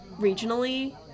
regionally